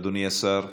אדוני השר,